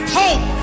hope